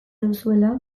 duzuela